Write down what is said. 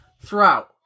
throughout